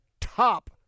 top